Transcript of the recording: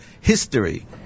history